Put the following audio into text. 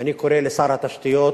אני קורא לשר התשתיות,